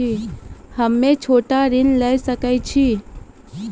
हम्मे छोटा ऋण लिये सकय छियै?